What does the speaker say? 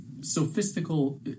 sophistical